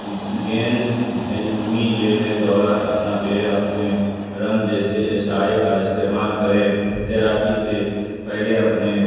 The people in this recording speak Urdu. گیند روئی لے لے دوران اپنا پیر اپنے رنگ جیسے ایشائے کا استعمال کرے تیراکی سے پہلے اپنے